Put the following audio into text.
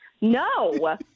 No